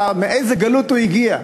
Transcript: מאיזה גלות הוא הגיע.